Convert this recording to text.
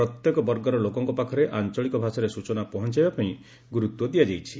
ପ୍ରତ୍ୟେକ ବର୍ଗର ଲୋକଙ୍କ ପାଖରେ ଆଞ୍ଚଳିକ ଭାଷାରେ ସୂଚନା ପହଞ୍ଚାଇବା ପାଇଁ ଗୁରୁତ୍ୱ ଦିଆଯାଇଛି